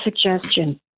suggestion